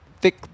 thick